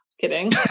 Kidding